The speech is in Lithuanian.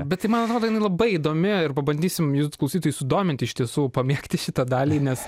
bet tai man atrodo jinai labai įdomi ir pabandysim jus klausytojai sudomint iš tiesų pamėgti šitą dalį nes